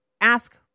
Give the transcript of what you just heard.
ask